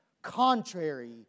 Contrary